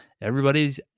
Everybody's